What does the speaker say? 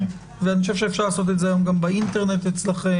ואני חושב שאפשר לעשות את זה היום גם באינטרנט אצלכם.